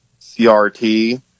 CRT